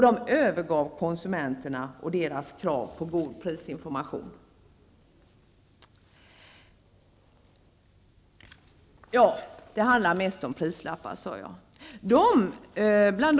De övergav konsumenterna och deras krav på god prisinformation. Det handlar mest om prislappar, sade jag.